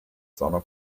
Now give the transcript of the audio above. zona